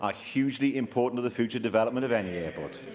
ah hugely important to the future development of any airport.